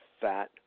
fat